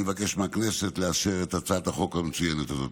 אני מבקש מהכנסת לאשר את הצעת החוק המצוינת הזאת.